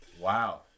Wow